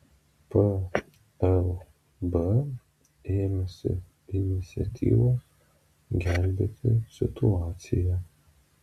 plb ėmėsi iniciatyvos gelbėti situaciją